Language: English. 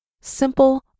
simple